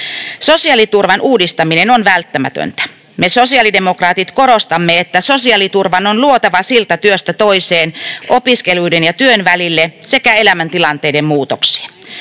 Sosiaaliturvan uudistaminen on välttämätöntä. Me sosiaalidemokraatit korostamme, että sosiaaliturvan on luotava silta työstä toiseen, opiskeluiden ja työn välille sekä elämäntilanteiden muutoksiin.